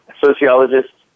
sociologists